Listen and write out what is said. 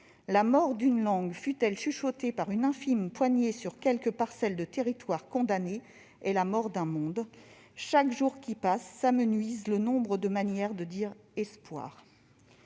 La mort d'une langue, fût-elle chuchotée par une infime poignée sur quelque parcelle de territoire condamné, est la mort d'un monde. Chaque jour qui passe s'amenuise le nombre de manières de dire " espoir